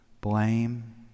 blame